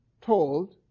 told